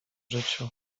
życiu